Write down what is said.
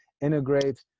integrate